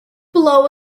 below